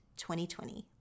2020